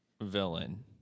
villain